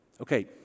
Okay